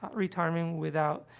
ah retirement without